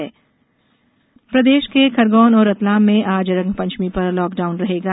lockdown प्रदेश के खरगोन और रतलाम में आज रंगपंचमी पर लॉकडाउन रहेगा